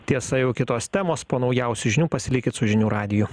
tiesa jau kitos temos po naujausių žinių pasilikit su žinių radiju